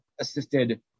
assisted